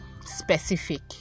specific